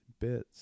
bits